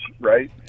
right